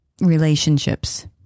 relationships